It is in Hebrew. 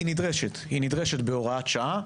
היא נדרשת, היא נדרשת בהוראת שעה,